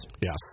Yes